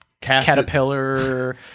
Caterpillar